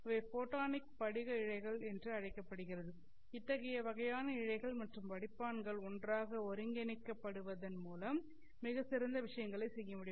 இவை ஃபோட்டானிக் படிக இழைகள் என்று அழைக்கப்படுகிறது இத்தகைய வகையான இழைகள் மற்றும் வடிப்பான்கள் ஒன்றாக ஒருங்கிணைக்கப் படுவதன் மூலம் மிகச்சிறந்த விஷயங்களைச் செய்ய முடியும்